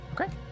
Okay